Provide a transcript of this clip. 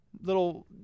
Little